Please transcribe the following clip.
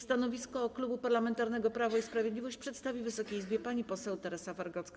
Stanowisko Klubu Parlamentarnego Prawo i Sprawiedliwość przedstawi Wysokiej Izbie pani poseł Teresa Wargocka.